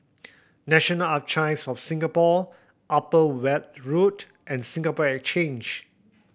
National Archives of Singapore Upper Weld Road and Singapore Exchange